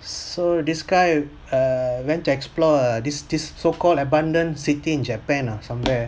so this guy err went to explore err this this so called abandoned city in japan ah somewhere